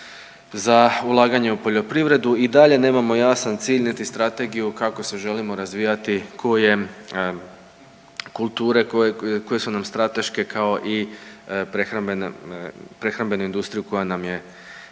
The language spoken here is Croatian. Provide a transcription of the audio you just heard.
za ulaganje u poljoprivredu. I dalje nemamo jasan cilj niti strategiju kako se želimo razvijati, kojem kulture koje su nam strateške kao i prehrambene, prehrambenu industriju koja nam je